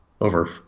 over